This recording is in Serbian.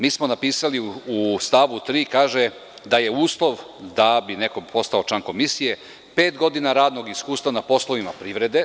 Mi smo napisali u stavu 3. da je uslov, da bi neko postao član komisije, pet godina radnog iskustva na poslovima privrede.